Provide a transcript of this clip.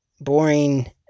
boring